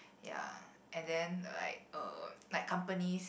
ya and then like uh like companies